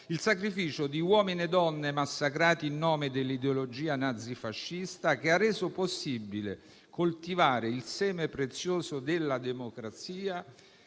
il sacrificio di uomini e donne massacrati in nome dell'ideologia nazifascista, che ha reso possibile coltivare il seme prezioso della democrazia